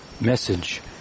message